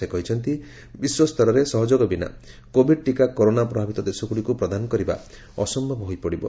ସେ କହିଛନ୍ତି ବିଶ୍ୱସ୍ତରରେ ସହଯୋଗ ବିନା କୋଭିଡ ଟିକା କରୋନା ପ୍ରଭାବିତ ଦେଶଗୁଡ଼ିକୁ ପ୍ରଦାନ କରିବା ଅସମ୍ଭବ ହୋଇପଡିବ